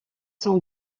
sont